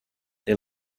they